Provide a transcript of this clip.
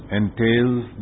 entails